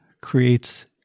creates